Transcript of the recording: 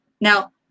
Now